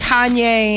Kanye